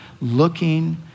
looking